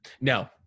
No